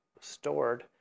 stored